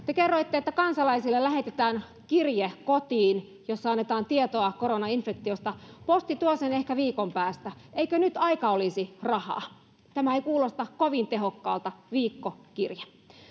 te kerroitte että kansalaisille lähetetään kotiin kirje jossa annetaan tietoa koronainfektiosta posti tuo sen ehkä viikon päästä eikö nyt aika olisi rahaa tämä ei kuulosta kovin tehokkaalta viikko kirje